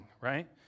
right